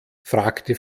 fragte